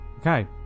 Okay